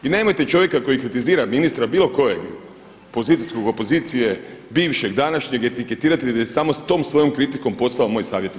I nemojte čovjeka koji kritizira ministra bilo kojeg, pozicijskog, opozicije, bivšeg, današnjeg etiketirati jer je samo s tom svojom kritikom postao moj savjetnik.